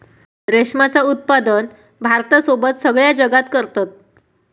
रेशमाचा उत्पादन भारतासोबत सगळ्या जगात करतत